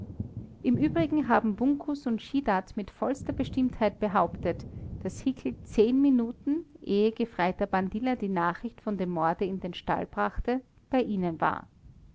im übrigen haben bunkus und schiedat mit vollster bestimmtheit behauptet daß hickel minuten ehe gefreiter bandilla die nachricht von dem morde in den stall brachte bei ihnen war